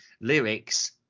lyrics